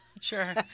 sure